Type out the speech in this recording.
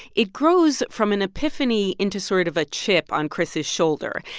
it grows from an epiphany into sort of a chip on chris's shoulder.